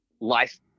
life